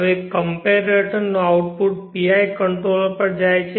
હવે કમ્પેરેટરનું output PI controller પર જાય છે